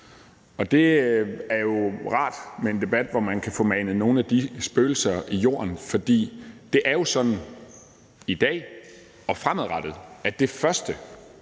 Og det er jo rart med en debat, hvor man kan få manet nogle af de spøgelser i jorden, for det er jo sådan i dag og fremadrettet, at det første,